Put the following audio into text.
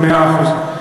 מאה אחוז.